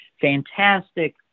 fantastic